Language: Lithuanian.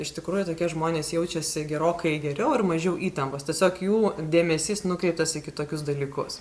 iš tikrųjų tokie žmonės jaučiasi gerokai geriau ir mažiau įtampos tiesiog jų dėmesys nukreiptas į kitokius dalykus